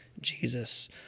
jesus